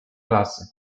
klasy